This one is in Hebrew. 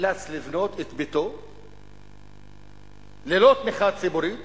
נאלץ לבנות את ביתו ללא תמיכה ציבורית